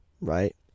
Right